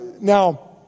now